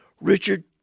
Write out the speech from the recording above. Richard